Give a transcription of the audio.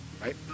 Right